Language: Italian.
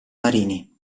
marini